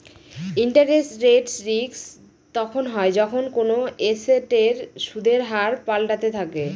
interest rate risk তখন হয় যখন কোনো এসেটের সুদের হার পাল্টাতে থাকে